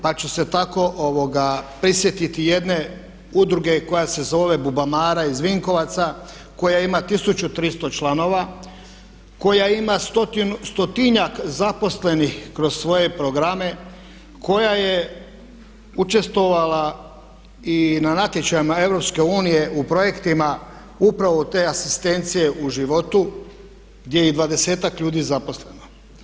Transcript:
Pa ću se tako prisjetiti jedne udruge koja se zove „Bubamara“ iz Vinkovaca koja ima 1300 članova, koja ima stotinjak zaposlenih kroz svoje programe, koja je učestvovala i na natječajima EU u projektima upravo te asistencije u životu gdje je i dvadesetak ljudi zaposleno.